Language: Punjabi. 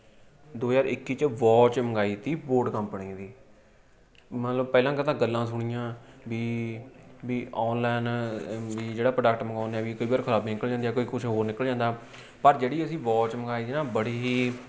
ਦੋ ਹਜ਼ਾਰ ਇੱਕੀ 'ਚ ਵੋਚ ਮੰਗਾਈ ਤੀ ਬੋਡ ਕੰਪਨੀ ਦੀ ਮੰਨ ਲਓ ਪਹਿਲਾਂ ਤਾਂ ਗੱਲਾਂ ਸੁਣੀਆਂ ਵੀ ਵੀ ਔਨਲਾਇਨ ਵੀ ਜਿਹੜਾ ਪ੍ਰੋਡਕਟ ਮੰਗਾਉਂਦੇ ਹਾਂ ਵੀ ਕਈ ਵਾਰ ਖਰਾਬੀ ਨਿਕਲ ਜਾਂਦੀ ਕਈ ਕੁਝ ਹੋਰ ਨਿਕਲ ਜਾਂਦਾ ਪਰ ਜਿਹੜੀ ਅਸੀਂ ਵੋਚ ਮੰਗਾਈ ਤੀ ਨਾ ਬੜੀ ਹੀ